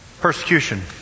Persecution